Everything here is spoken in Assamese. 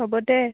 হ'ব দে